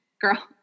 girl